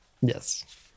Yes